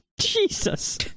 Jesus